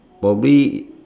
probably